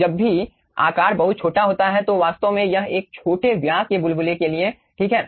जब भी आकार बहुत छोटा होता है तो वास्तव में यह एक छोटे व्यास के बुलबुले के लिए ठीक है